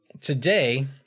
today